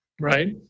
right